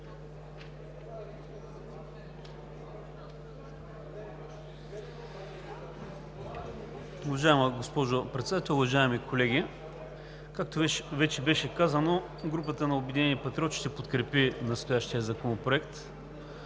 Уважаема госпожо Председател, уважаеми колеги! Както вече беше казано, групата на „Обединени патриоти“ ще подкрепи настоящия законопроект.